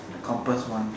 the compass one